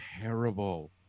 terrible